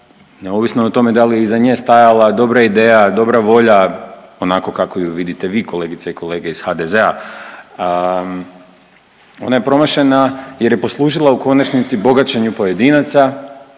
neovisno o tome da li je iza nje stajala dobra ideja, dobra volja onako kako ju vidite kolegice i kolege iz HDZ-a, ona je promašena jer je poslužila u konačnici bogaćenju pojedinaca,